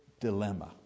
dilemma